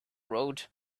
road